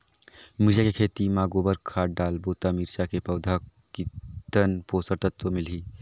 मिरचा के खेती मां गोबर खाद डालबो ता मिरचा के पौधा कितन पोषक तत्व मिलही?